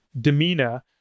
demeanor